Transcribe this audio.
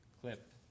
clip